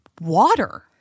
water